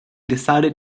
decided